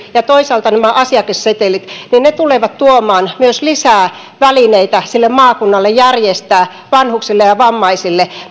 ja toisaalta nämä asiakassetelit tulevat tuomaan lisää välineitä sille maakunnalle järjestää vanhuksille ja vammaisille